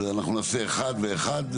אז אנחנו נעשה אחד ואחד,